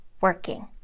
working